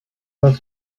was